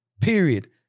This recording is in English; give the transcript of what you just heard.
period